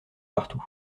partout